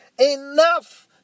Enough